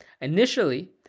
Initially